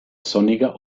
sonniger